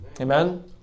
Amen